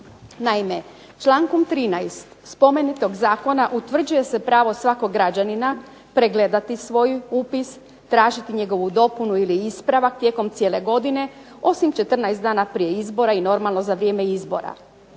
Naime, člankom 13. spomenutog zakona utvrđuje se pravo svakog građanina pregledati svoj upis, tražiti njegovu dopunu ili ispravak tijekom cijele godine, osim 14 dana prije izbora i normalno za vrijeme izbora.